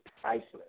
priceless